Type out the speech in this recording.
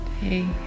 hey